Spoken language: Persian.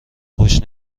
خوش